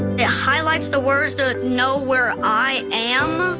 it highlights the words to know where i am.